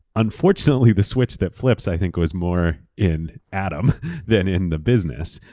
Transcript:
unfortunately, the switch that flipped, i think, was more in adam than in the business.